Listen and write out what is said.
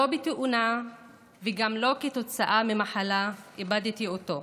לא בתאונה וגם לא כתוצאה ממחלה איבדתי אותו.